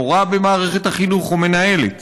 מורה במערכת החינוך או מנהלת,